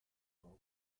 openen